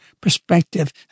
perspective